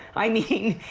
i mean,